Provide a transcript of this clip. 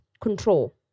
control